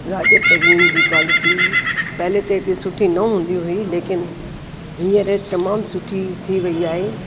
राज्य परिवहन जी क्वालिटी पहले त हिते सुठी न हूंदी हुई लेकिन हींअर तमामु सुठी थी वई आहे